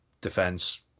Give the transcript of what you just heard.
defense